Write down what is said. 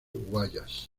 guayas